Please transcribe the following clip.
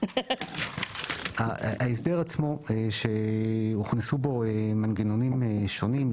ההסדר עצמו שהוכנסו בו מנגנונים שונים,